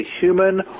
human